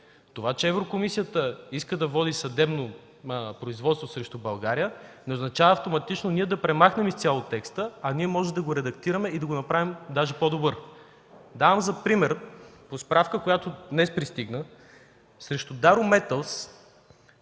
Това че Еврокомисията иска да води съдебно производство срещу България, не означава автоматично ние да премахнем изцяло текста, а ние можем да го редактираме и да го направим даже по-добър. Давам пример по справка, която днес пристигна, срещу „Дару